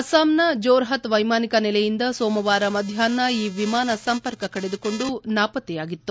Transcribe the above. ಅಸ್ಸಾಂನ ಜೋರ್ಹತ್ ವೈಮಾನಿಕ ನೆಲೆಯಿಂದ ಸೋಮವಾರ ಮಧ್ಯಾಪ್ನ ಈ ವಿಮಾನ ಸಂಪರ್ಕ ಕಡಿದುಕೊಂಡು ನಾಪತ್ತೆಯಾಗಿತ್ತು